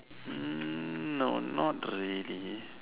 hmm no not really